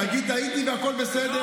מיקי, תגיד "טעיתי" והכול בסדר.